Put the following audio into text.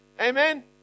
Amen